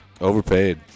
Overpaid